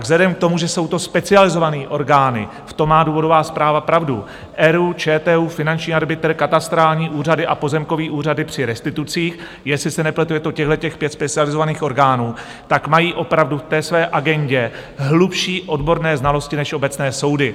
Vzhledem k tomu, že jsou to specializované orgány, v tom má důvodová zpráva pravdu ERÚ, ČTÚ, finanční arbitr, katastrální úřady a pozemkové úřady při restitucích, jestli se nepletu, je to těchto pět specializovaných orgánů tak mají opravdu ve své agendě hlubší odborné znalosti než obecné soudy.